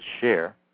share